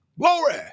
glory